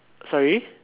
sorry